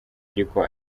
ariko